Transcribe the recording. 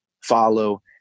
follow